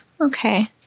Okay